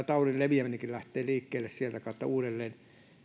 taudin leviäminenkin lähtee sitä kautta uudelleen